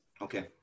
Okay